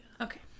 Okay